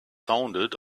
sounded